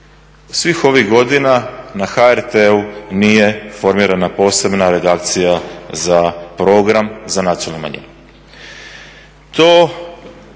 svih ovih godina na HRT-u nije formirana posebna redakcija za program za nacionalnu